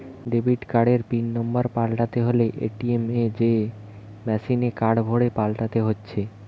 debit কার্ডের pin number পাল্টাতে হলে এ.টি.এম এ যেয়ে মেসিনে কার্ড ভরে করতে হচ্ছে